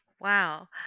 Wow